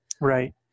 Right